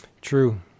True